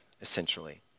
essentially